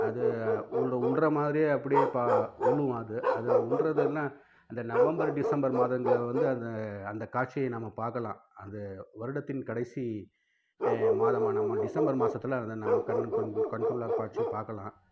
அது விழற விழற மாதிரியே அப்படியே பா விழுவும் அது அது விழறது எல்லாம் அந்த நவம்பர் டிசம்பர் மாதங்களில் வந்து அது அந்த காட்சியை நம்ம பார்க்கலாம் அது வருடத்தின் கடைசி மாதமான டிசம்பர் மாதத்துல அதை நம்ம கண் கண்கொள்ளாக் காட்சி பார்க்கலாம்